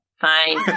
Fine